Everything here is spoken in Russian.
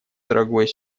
дорогой